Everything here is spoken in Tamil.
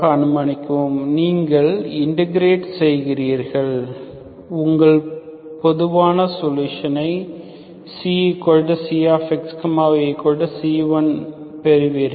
அனுமானிக்கவும் நீங்கள் இன்டக்கிரேட் செய்கிறீர்கள் உங்கள் பொதுவான சோலுசனை ξxyc1 பெறுவீர்கள்